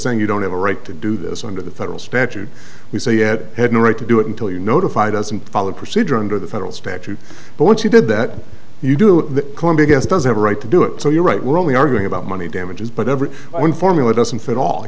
saying you don't have a right to do this under the federal statute we say it had no right to do it until you notified us and followed procedure under the federal statute but once you did that you do the biggest does have a right to do it so you're right we're only arguing about money damages but every one formula doesn't fit all